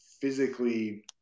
physically